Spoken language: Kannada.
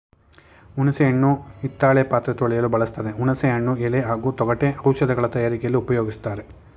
ಹುಣಸೆ ಹಣ್ಣು ಹಿತ್ತಾಳೆ ಪಾತ್ರೆ ತೊಳೆಯಲು ಬಳಸ್ತಾರೆ ಹುಣಸೆ ಹಣ್ಣು ಎಲೆ ಹಾಗೂ ತೊಗಟೆ ಔಷಧಗಳ ತಯಾರಿಕೆಲಿ ಉಪ್ಯೋಗಿಸ್ತಾರೆ